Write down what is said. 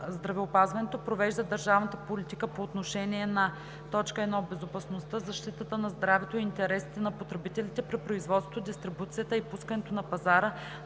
здравеопазването провежда държавната политика по отношение на: 1. безопасността, защитата на здравето и интересите на потребителите при производството, дистрибуцията и пускането на пазара